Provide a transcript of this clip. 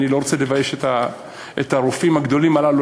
אני לא רוצה לבייש את הרופאים הגדולים הללו,